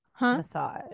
massage